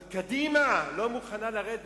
אבל קדימה לא מוכנה לרדת.